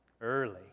Early